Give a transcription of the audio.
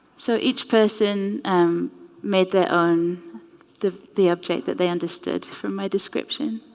so each person made their own the the object that they understood from my description